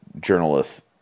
journalists